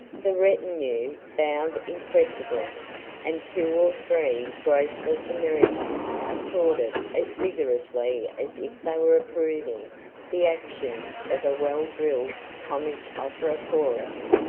the retinue bowed impressively and two or three graceless americans applauded as vigorously as if they were approving the actions of a well-drilled comic opera chorus.